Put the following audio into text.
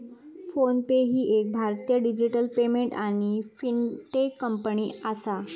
phone पे ही एक भारतीय डिजिटल पेमेंट आणि फिनटेक कंपनी आसा